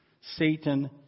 Satan